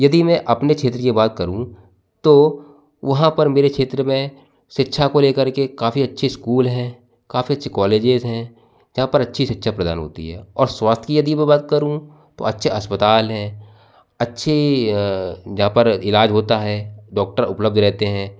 यदि मैं अपने क्षेत्र की बात करूँ तो वहाँ पर मेरे क्षेत्र में शिक्षा को ले करके काफ़ी अच्छे स्कूल हैं काफ़ी अच्छी कॉलेजेस हैं जहाँ पर अच्छी शिक्षा प्रदान होती है और स्वास्थ्य की यदि मैं बात करूँ तो अच्छे अस्पताल हैं अच्छी जहाँ पर इलाज होता है डॉक्टर उपलब्ध रेहते हैं